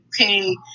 okay